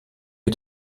wie